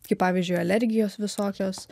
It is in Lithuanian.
kaip pavyzdžiui alergijos visokios